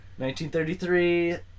1933